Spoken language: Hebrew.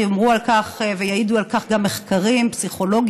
יאמרו ויעידו על כך גם מחקרים פסיכולוגיים,